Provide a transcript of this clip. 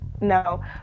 No